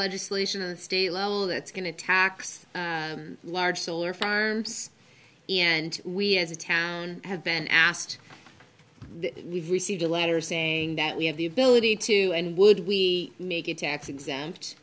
legislation and state level that's going to tax large solar farms and we as a town have been asked we've received a letter saying that we have the ability to and would we make it tax exempt